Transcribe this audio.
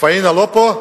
פאינה לא פה?